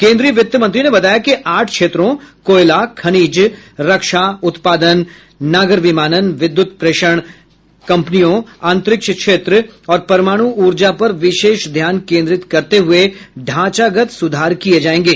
केन्द्रीय वित्तमंत्री ने बताया कि आठ क्षेत्रों कोयला खनिज रक्षा उत्पादन नागर विमानन विद्युत प्रेषण कंपनियों अंतरिक्ष क्षेत्र और परमाणु ऊर्जा पर विशेष ध्यान केंद्रित करते हुए ढांचागत सुधार किए जाएंगे